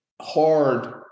hard